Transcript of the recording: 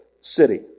city